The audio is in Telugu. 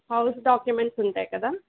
హౌస్ డాక్యుమెంట్స్ ఉంటాయి కదా